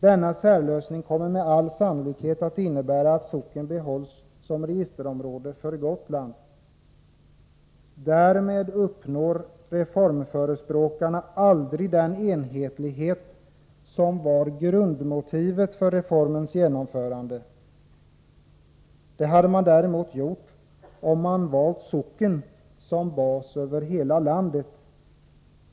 Denna särlösning kommer med all sannolikhet att innebära att socken behålls som registerområde för Gotland. Därmed uppnår reformförespråkarna aldrig den enhetlighet som var grundmotivet för reformens genomförande. Det hade man däremot gjort om man valt socken som bas över hela landet.